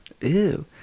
Ew